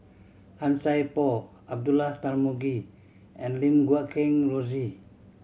Han Sai Por Abdullah Tarmugi and Lim Guat Kheng Rosie